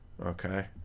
Okay